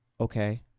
Okay